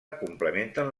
complementen